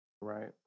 Right